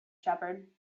shepherd